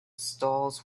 stalls